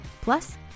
Plus